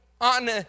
on